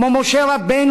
כמו משה רבנו,